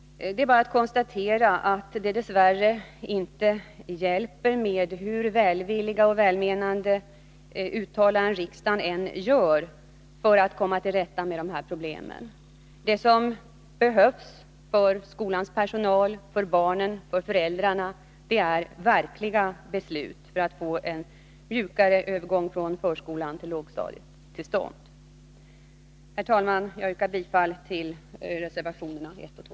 Det är bara att konstatera att det dess värre inte hjälper med uttalanden av riksdagen, hur välvilliga och välmenande de än är, för att komma till rätta med problemen. Det som behövs för skolans personal, för barnen och för föräldrarna är verkliga beslut för att få en mjukare övergång från förskolan till lågstadiet till stånd. Herr talman! Jag yrkar bifall till reservationerna 1 och 2.